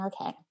Okay